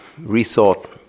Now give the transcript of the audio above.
rethought